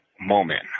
moment